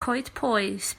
coedpoeth